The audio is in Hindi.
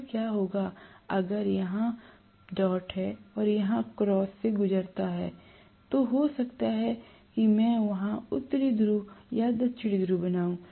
फिर क्या होगा अगर मैं यहां डॉट और यहां क्रोस से गुजरता हूं तो हो सकता है कि मैं वहां उत्तरी ध्रुव और यहां दक्षिण ध्रुव बनाऊं